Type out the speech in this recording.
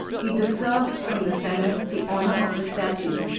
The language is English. he deserved from the senate the honor of a statue,